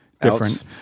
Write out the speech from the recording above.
different